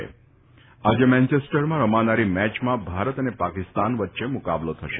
આજે મેન્ચેસ્ટરમાં રમનારી મેચમાં ભારત અને પાકિસ્તાન વચ્ચે મુકાબલો થશે